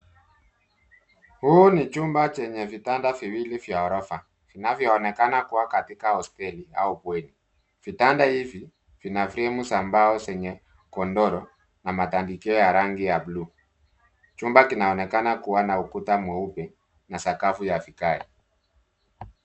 Huu ni chumba chenye vitanda viwili via ghorofa vinavyoonekana kuwa katika hosteli au bweni , vitanda hivi vina fremu za mbao zenye godoro na matandikio ya rangi ya bluu. Chumba kinaonekana kuwa na ukuta mweupe na sakafu ya vigae.